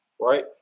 right